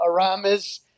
Aramis